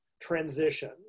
transition